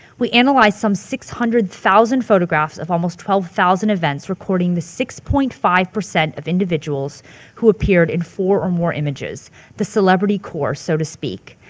we analyzed some six hundred thousand photographs of almost twelve thousand events recording the six point five of individuals who appeared in four or more images the celebrity core so to speak.